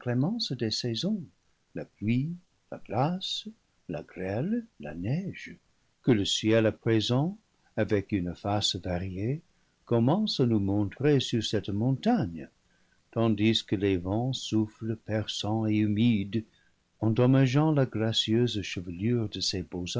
saisons la pluie la glace la grêle la neige que le ciel à présent avec une face variée commence à nous montrer sur cette montagne tandis que les vents soufflent perçants et humides endommageant la grâ cieuse chevelure de